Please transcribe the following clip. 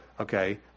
okay